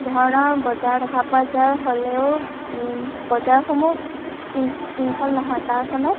ধৰণৰ বজাৰ দেখা পোৱা যায় হ'লেও বজাৰসমূহ শৃংখল নহয় তাৰ ফলত